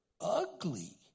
Ugly